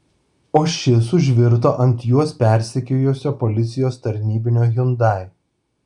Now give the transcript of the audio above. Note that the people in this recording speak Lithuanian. o šis užvirto ant juos persekiojusio policijos tarnybinio hyundai